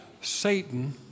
Satan